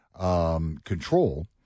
control